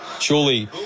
Surely